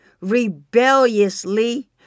rebelliously